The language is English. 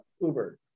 Uber